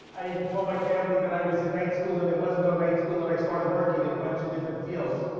i even told my family that i was in night school and there was no night school, and i started working in a bunch of different fields.